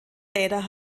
räder